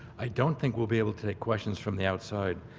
i don't think we'll be able to take questions from the outside,